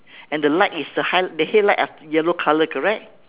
and the light is the head~ the headlight is yellow colour correct